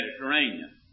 Mediterranean